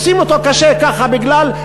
עושים אותו קשה, ככה בגלל,